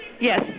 Yes